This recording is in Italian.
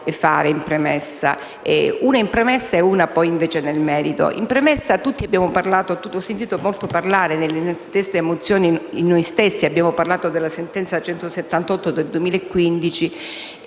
Grazie a tutti.